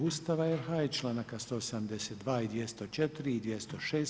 Ustava RH i članaka 172. i 204. i 206.